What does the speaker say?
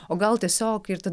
o gal tiesiog ir tada